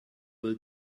will